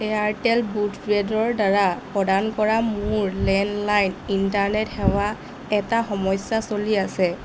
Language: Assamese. এয়াৰটেল বোডবেডৰ দ্বাৰা প্ৰদান কৰা মোৰ লেণ্ডলাইন ইণ্টাৰনেট সেৱা এটা সমস্যা চলি আছে